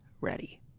ready